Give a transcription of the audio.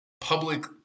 public